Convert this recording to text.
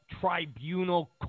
tribunal